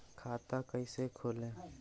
खाता कैसे खोले?